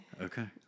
Okay